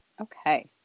Okay